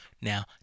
now